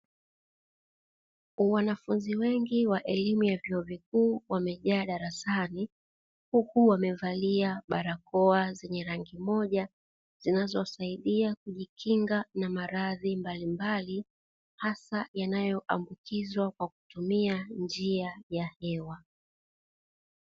Wanafunzi wengi wa elimu ya vyuo vikuu wamejaa darasani, huku wakiwa wamevalia barakoa zenye rangi moja zinazosaidia kujikinga na maradhi mbalimbali hasa yanayoambukizwa kwa kutumia njia ya hewa.